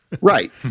Right